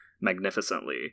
magnificently